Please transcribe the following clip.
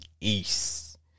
East